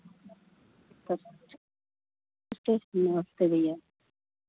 तब नमस्ते भैया